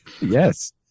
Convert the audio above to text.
Yes